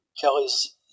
Kelly's